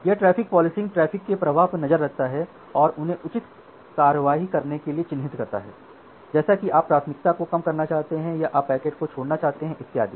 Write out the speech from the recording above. यह traffic policing traffic के प्रवाह पर नज़र रखता है और उन्हें उचित कार्रवाई करने के लिए चिह्नित करता है जैसे कि क्या आप प्राथमिकता को कम करना चाहते हैं या क्या आप पैकेटों को छोड़ना चाहते हैं इत्यादि